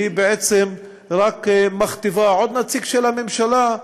והיא בעצם רק מכתיבה עוד נציג של הממשלה,